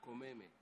מקוממת.